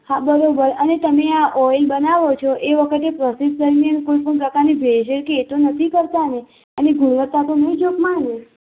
હા બરાબર અને તમે આ ઓઈલ બનાવો છો એ વખતે પ્રોસેસ કરીને કોઈપણ પ્રકારની ભેળસેળ કે એ તો નથી કરતા ને અને ગુણવત્તા તો નહીં જોખમાય ને